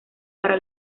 para